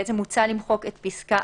מוצע למחוק את הרישא של פסקה